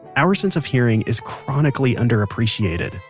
our sense of hearing is chronically underappreciated,